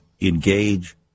engage